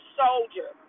soldier